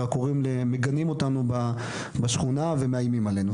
מגנים אותנו בשכונה ומאיימים עלינו.